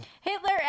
Hitler